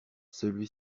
celui